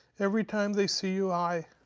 every time they see you high,